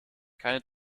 keine